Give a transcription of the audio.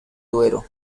duero